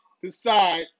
Decide